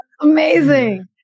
Amazing